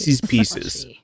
Pieces